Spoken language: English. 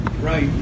Right